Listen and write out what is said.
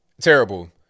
terrible